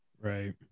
Right